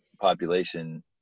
population